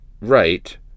Right